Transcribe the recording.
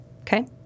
okay